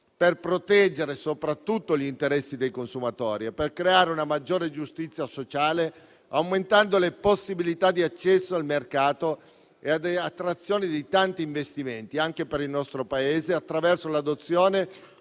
per proteggere soprattutto gli interessi dei consumatori e per creare una maggiore giustizia sociale, aumentando le possibilità di accesso al mercato e attrazione di tanti investimenti anche per il nostro Paese, attraverso l'adozione